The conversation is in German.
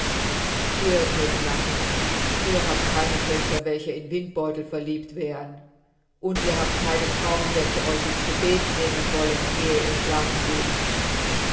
ihr könnt lachen ihr habt keine töchter welche in windbeutel verliebt wären und ihr habt keine frauen welche euch in's gebet nehmen wollen ehe ihr schlafen geht